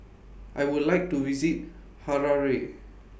I Would like to visit Harare